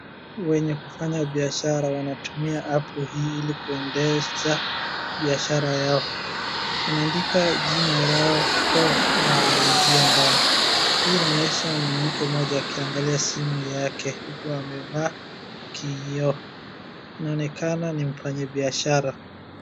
Wenye kufanya biashara wanatumia app hii ili kuendesha biashara yao. Unaandika jina yao uko na unaingia ndani. Hii inaonyesha mwanamke mmoja akiangalia simu yake uku amevaa kioo, inaonekana ni mfanyibiashara.